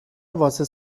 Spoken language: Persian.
واسه